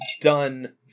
done